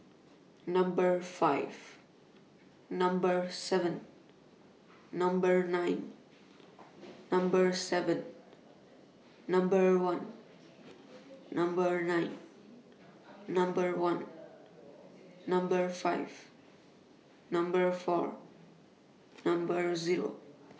Number five Number seven Number nine Number seven Number one Number nine Number one Number five Number four Number Zero